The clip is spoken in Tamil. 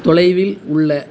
தொலைவில் உள்ள